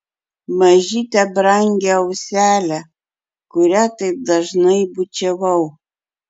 mažytę brangią auselę kurią taip dažnai bučiavau